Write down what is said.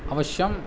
अवश्यम्